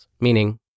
meaning